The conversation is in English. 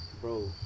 bro